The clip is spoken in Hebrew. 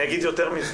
אני אגיד יותר מזה